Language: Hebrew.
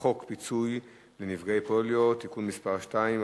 בחוק פיצוי לנפגעי פוליו (תיקון מס' 2),